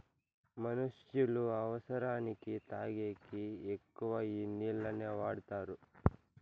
మనుష్యులు అవసరానికి తాగేకి ఎక్కువ ఈ నీళ్లనే వాడుతారు